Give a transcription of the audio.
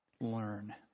learn